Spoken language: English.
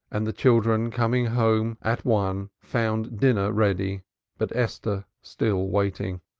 and the children coming home at one found dinner ready but esther still waiting.